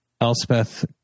Elspeth